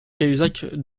cahuzac